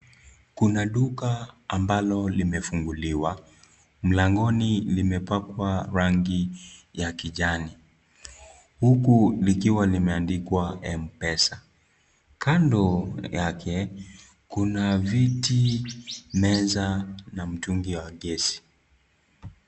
Kuna duka ambalo limefunguliwa, mlangoni limepakwa rangi ya kijani, uku likiwa imeandikwa mpesa kando yake kuna ; viti, meza na mtungi wa kesi.